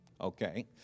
Okay